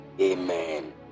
Amen